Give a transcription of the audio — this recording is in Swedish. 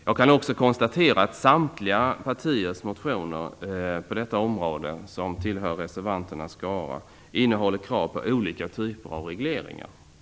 Jag kan också konstatera att motionerna från samtliga partier som tillhör reservanternas skara innehåller krav på olika typer av regleringar.